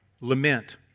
Lament